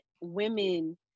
women